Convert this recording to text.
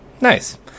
nice